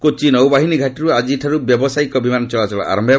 କୋଚି ନୌବାହିନୀ ଘାଟିରୁ ଆଜିଠାରୁ ବ୍ୟବସାୟିକ ବିମାନ ଚଳାଚଳ ଆରମ୍ଭ ହେବ